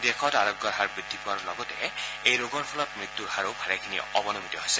দেশত আৰোগ্যৰ হাৰ বৃদ্ধি পোৱাৰ লগতে এই ৰোগৰ ফলত মৃত্যূৰ হাৰো ভালেখিনি অৱনমিত হৈছে